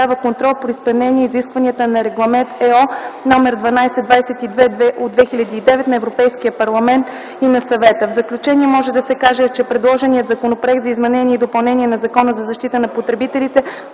първо гласуване Законопроект за изменение и допълнение на Закона за защита на потребителите,